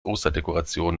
osterdekoration